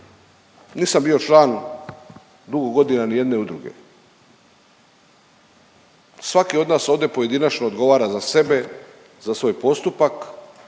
Nisam bio član dugo godina ni jedne udruge. Svaki od nas ovdje pojedinačno odgovara za sebe, za svoj postupak